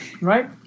Right